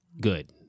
good